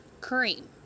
cream